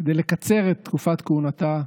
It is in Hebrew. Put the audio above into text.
כדי לקצר את תקופת כהונתה,